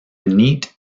neat